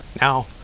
Now